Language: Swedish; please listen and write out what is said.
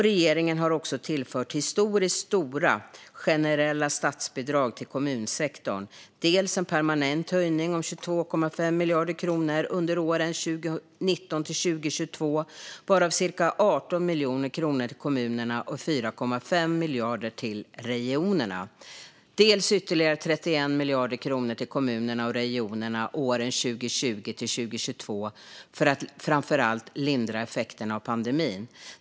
Regeringen har också tillfört historiskt stora generella statsbidrag till kommunsektorn, dels en permanent höjning om 22,5 miljarder kronor under åren 2019-2022, varav cirka 18 miljarder kronor till kommunerna och 4,5 miljarder kronor till regionerna, dels ytterligare 31 miljarder kronor till kommunerna och regionerna åren 2020-2022 för att framför allt lindra effekterna av pandemin.